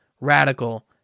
radical